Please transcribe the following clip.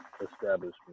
establishment